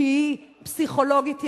שהיא פסיכולוגית ילדים,